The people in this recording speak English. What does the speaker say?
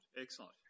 excellent